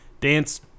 Dance